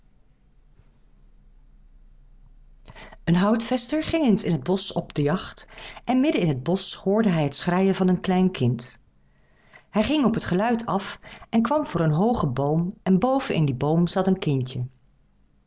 een houtvester ging eens in het bosch op de jacht en midden in het bosch hoorde hij het schreien van een klein kind hij ging op het geluid af en kwam voor een hoogen boom en boven in dien boom zat een kindje